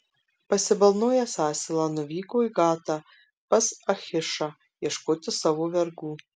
pasibalnojęs asilą nuvyko į gatą pas achišą ieškoti savo vergų